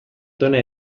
tona